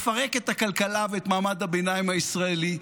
לפרק את הכלכלה ואת מעמד הביניים הישראלי,